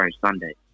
Sunday